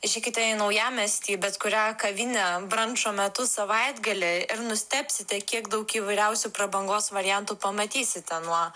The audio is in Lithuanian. išeikite į naujamiestį bet kurią kavinę brančo metu savaitgalį ir nustebsite kiek daug įvairiausių prabangos variantų pamatysite nuo